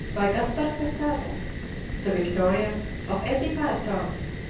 by gaspar quesada the victoria of eighty-five tons,